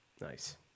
Nice